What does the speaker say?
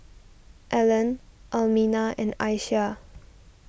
Allen Almina and Isiah